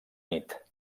nit